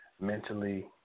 Mentally